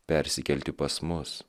persikelti pas mus